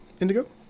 Indigo